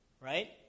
right